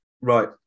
Right